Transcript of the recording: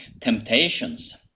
temptations